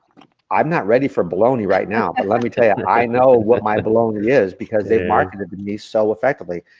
i'm not ready for bologna right now. but let me tell you, i know what my bologna is, because they marketed to me so effectively.